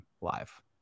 live